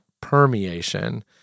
permeation